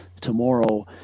tomorrow